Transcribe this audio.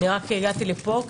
הגעתי לפה,